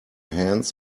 hands